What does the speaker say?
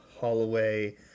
Holloway